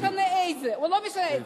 לא משנה איזה, לא משנה איזה.